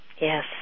Yes